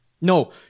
no